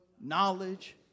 knowledge